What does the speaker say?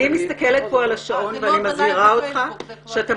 אני מסתכלת כאן על השעון ואני מזהירה אותך שאתה